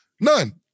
None